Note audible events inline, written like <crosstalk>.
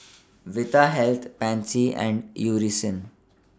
<noise> Vitahealth Pansy and Eucerin